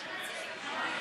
התשע"ח 2018,